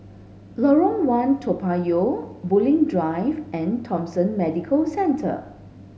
Lorong one Toa Payoh Bulim Drive and Thomson Medical Centre